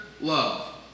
Love